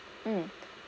mm